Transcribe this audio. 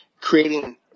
creating